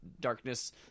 darkness